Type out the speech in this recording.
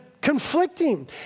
conflicting